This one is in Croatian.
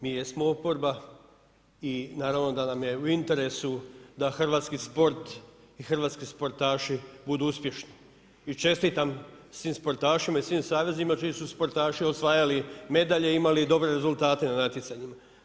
Mi jesmo oporba i naravno da nam je u interesu da hrvatski sport i hrvatski sportaši budu uspješni i čestitam svim sportašima i svim savezima čiji su sportaši osvajali medalje i imali dobre rezultate na natjecanjima.